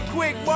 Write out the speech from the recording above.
Quick